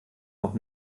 noch